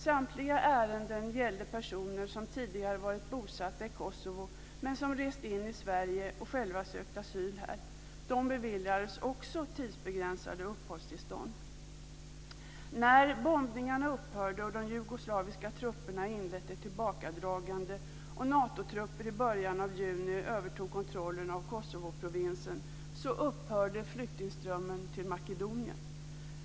Samtliga ärenden gällde personer som tidigare varit bosatta i Kosovo men som rest in i Sverige och själva sökt asyl här. De beviljades också tidsbegränsade uppehållstillstånd. När bombningarna upphörde och de jugoslaviska trupperna inlett ett tillbakadragande och Natotrupper i början av juni övertog kontrollen av Kosovoprovinsen upphörde flyktingströmmen till Makedonien.